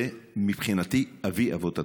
זה מבחינתי אבי אבות הטומאה.